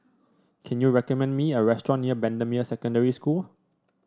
can you recommend me a restaurant near Bendemeer Secondary School